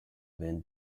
been